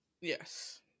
Yes